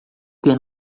ter